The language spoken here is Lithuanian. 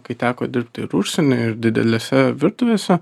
kai teko dirbti ir užsieny ir didelėse virtuvėse